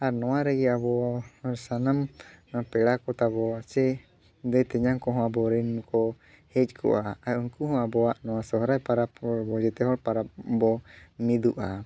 ᱟᱨ ᱱᱚᱣᱟ ᱨᱮᱜᱮ ᱟᱵᱚ ᱥᱟᱱᱟᱢ ᱯᱮᱲᱟ ᱠᱚ ᱛᱟᱵᱚ ᱥᱮ ᱫᱟᱹᱭ ᱛᱮᱧᱟᱝ ᱠᱚᱦᱚᱸ ᱟᱵᱚᱨᱤᱱ ᱠᱚ ᱦᱮᱡ ᱠᱚᱜᱼᱟ ᱟᱨ ᱩᱱᱠᱩ ᱦᱚᱸ ᱠᱚᱣᱟᱜ ᱱᱚᱣᱟ ᱥᱚᱦᱨᱟᱭ ᱯᱟᱨᱟᱵᱽ ᱠᱚ ᱡᱮᱛᱮ ᱦᱚᱲ ᱯᱟᱨᱟᱵᱽ ᱵᱚ ᱢᱤᱫᱩᱜᱼᱟ